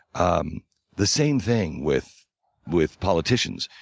um the same thing with with politicians.